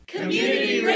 Community